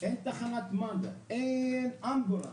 אין תחנת מד"א אין אמבולנס,